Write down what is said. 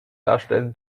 darstellen